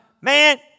man